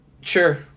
Sure